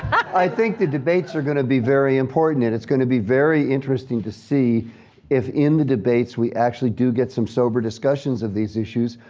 i think the debates are gonna be very important and it's gonna be very interesting to see if in the debates we actually do get some sober discussions of these issues.